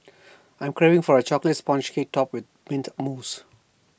I'm craving for A Chocolate Sponge Cake Topped with Mint Mousse